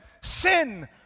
sin